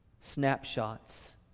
snapshots